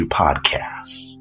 podcasts